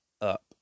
up